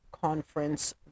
conference